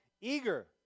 eager